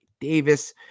Davis